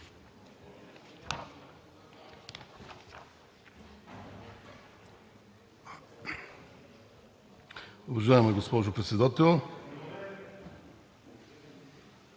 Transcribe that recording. Уважаема госпожо Председател,